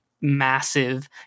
massive